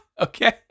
okay